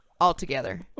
altogether